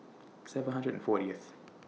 seven hundred and fortieth